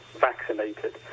vaccinated